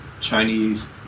Chinese